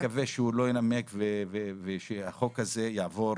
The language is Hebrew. אני מקווה שהוא לא ינמק, ושהחוק הזה יעבור.